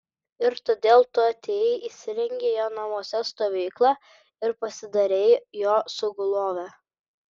ir todėl tu atėjai įsirengei jo namuose stovyklą ir pasidarei jo sugulove